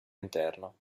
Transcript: interno